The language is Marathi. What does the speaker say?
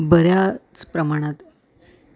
बऱ्याच प्रमाणात